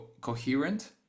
coherent